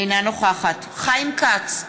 אינה נוכחת חיים כץ,